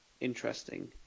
interesting